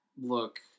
look